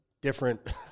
different